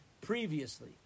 previously